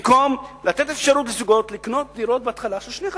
וזאת במקום לתת אפשרות לזוגות לקנות בהתחלה דירות של שני חדרים,